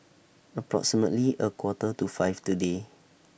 approximately A Quarter to five today